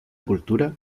cultura